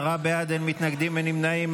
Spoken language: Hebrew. בעד, אין מתנגדים, אין נמנעים.